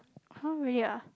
!huh! really ah